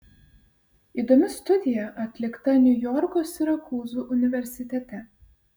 įdomi studija atlikta niujorko sirakūzų universitete